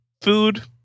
Food